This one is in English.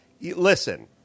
Listen